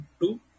two